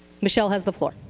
michelle has the floor.